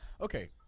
Okay